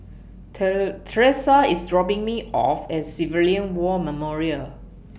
Tressa IS dropping Me off At Civilian War Memorial